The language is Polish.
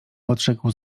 odrzekł